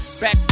Back